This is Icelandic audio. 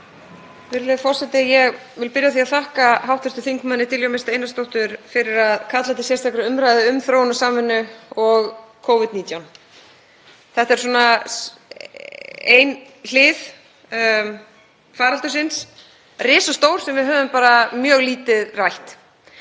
Þetta er ein hlið faraldursins, risastór, sem við höfum bara mjög lítið rætt.